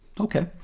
Okay